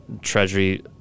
Treasury